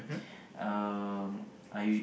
um I